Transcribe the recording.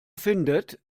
findet